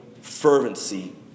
fervency